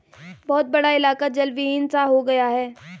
बहुत बड़ा इलाका जलविहीन सा हो गया है